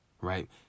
right